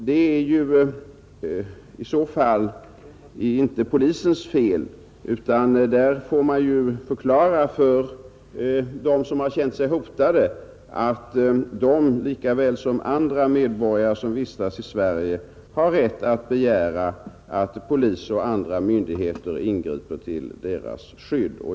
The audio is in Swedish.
Det är i så fall inte polisens fel, utan man får ju förklara för dem som har känt sig hotade att de lika väl som andra personer som vistas i Sverige har rätt att begära att polis och andra myndigheter ingriper till deras skydd.